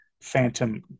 phantom